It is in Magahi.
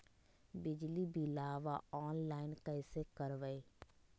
बिजली बिलाबा ऑनलाइन कैसे करबै?